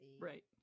Right